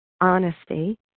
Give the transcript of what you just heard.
honesty